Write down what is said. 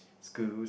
schools